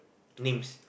names